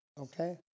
okay